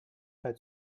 had